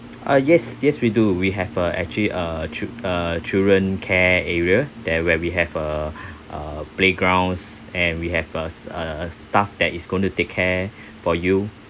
ah yes yes we do we have a actually a a children care area there where we have a a playgrounds and we have a s~ a staff that is going to take care for you